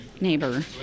neighbor